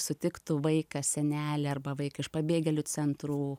sutiktų vaiką senelį arba vaiką iš pabėgėlių centrų